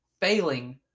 failing